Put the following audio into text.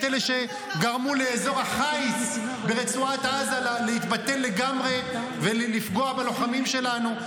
את אלה שגרמו לאזור החיץ ברצועת עזה להתבטל לגמרי ולפגוע בלוחמים שלנו.